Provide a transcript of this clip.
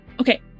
Okay